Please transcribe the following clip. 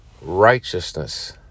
Righteousness